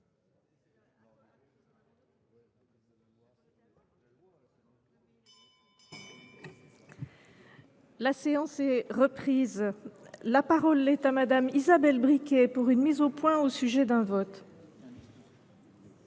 La séance est reprise. La parole est à Mme Isabelle Briquet, pour une mise au point au sujet de votes.